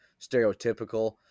stereotypical